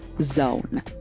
.zone